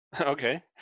Okay